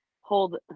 hold